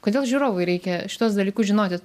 kodėl žiūrovui reikia šituos dalykus žinoti